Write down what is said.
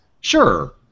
Sure